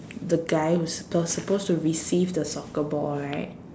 the guy was supposed supposed to receive the soccer ball right